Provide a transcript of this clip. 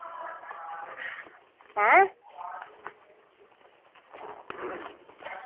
ऐं